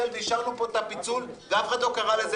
אישרנו פה את הפיצול ואף אחד לא קרא לזה